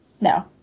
No